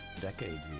decades